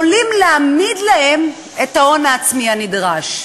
יכולים להעמיד את ההון העצמי הנדרש.